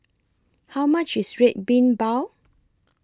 How much IS Red Bean Bao